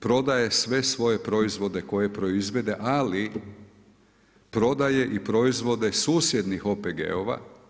Prodaje sve svoje proizvode koje proizvede, ali prodaje i proizvode susjednih OPG-ova.